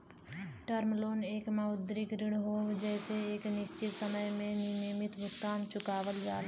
term loan एक मौद्रिक ऋण हौ जेसे एक निश्चित समय में नियमित भुगतान चुकावल जाला